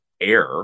air